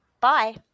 bye